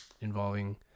involving